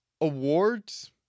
awards